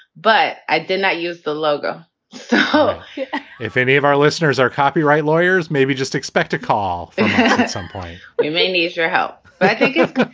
but i did not use the logo so if any of our listeners are copyright lawyers, maybe just expect a call at some point we may need your help. i think it's good.